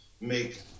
make